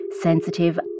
sensitive